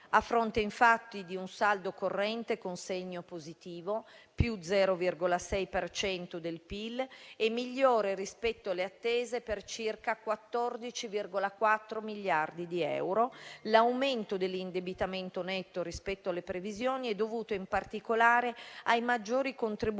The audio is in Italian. A fronte infatti di un saldo corrente con segno positivo (+0,6 per cento del PIL) e migliore rispetto alle attese per circa 14,4 miliardi di euro, l'aumento dell'indebitamento netto rispetto alle previsioni è dovuto in particolare ai maggiori contributi